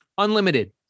unlimited